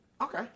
okay